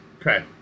Okay